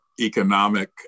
economic